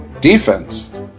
defense